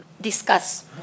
discuss